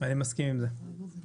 אני מסכים לזה.